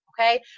okay